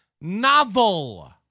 novel